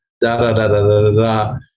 da-da-da-da-da-da-da